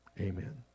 amen